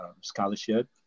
scholarship